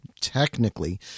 technically